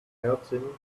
melting